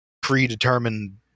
predetermined